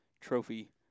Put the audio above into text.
Trophy